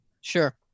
Sure